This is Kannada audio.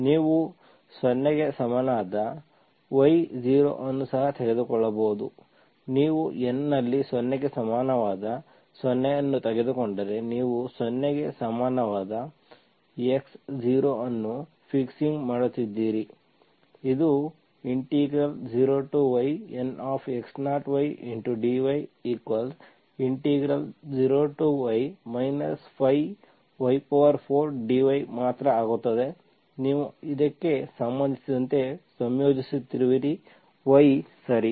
ನೀವು 0 ಗೆ ಸಮನಾದ y0 ಅನ್ನು ಸಹ ತೆಗೆದುಕೊಳ್ಳಬಹುದು ನೀವು N ನಲ್ಲಿ 0 ಗೆ ಸಮಾನವಾದ 0 ಅನ್ನು ತೆಗೆದುಕೊಂಡರೆ ನೀವು 0 ಗೆ ಸಮನಾದ x0 ಅನ್ನು ಫಿಕ್ಸಿಂಗ್ ಮಾಡುತ್ತಿದ್ದೀರಿ ಇದು 0yNx0y dy 0y 5y4 dy ಮಾತ್ರ ಆಗುತ್ತದೆ ನೀವು ಇದಕ್ಕೆ ಸಂಬಂಧಿಸಿದಂತೆ ಸಂಯೋಜಿಸುತ್ತಿರುವಿರಿ y ಸರಿ